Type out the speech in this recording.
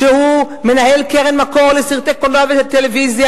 שהוא מנהל קרן מקור לסרטי קולנוע וטלוויזיה?